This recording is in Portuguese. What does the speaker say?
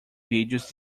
vídeos